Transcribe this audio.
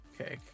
Okay